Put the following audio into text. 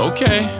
Okay